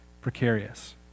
precarious